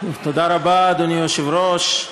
תודה רבה, אדוני היושב-ראש.